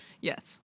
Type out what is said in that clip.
Yes